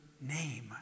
name